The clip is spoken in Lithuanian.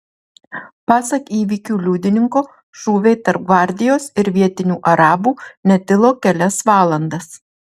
pasak įvykių liudininko šūviai tarp gvardijos ir vietinių arabų netilo kelias valandas